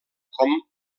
com